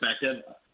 perspective